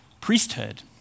Priesthood